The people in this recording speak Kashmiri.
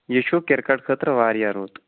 یہِ چھُو کِرکَٹ خٲطرٕ واریاہ رُت